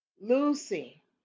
Lucy